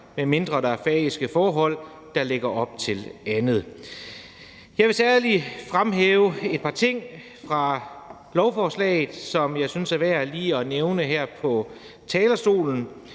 medmindre der er færøske forhold, der lægger op til andet. Jeg vil fremhæve et par ting fra lovforslaget, som jeg synes er værd lige at nævne her på talerstolen.